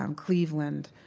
um cleveland,